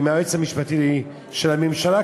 עם היועץ המשפטי של הממשלה,